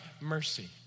mercy